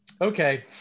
okay